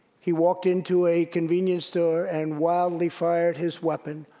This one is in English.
he walked into a convenience store and wildly fired his weapon.